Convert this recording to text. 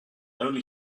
only